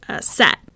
set